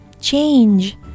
Change